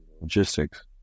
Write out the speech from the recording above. logistics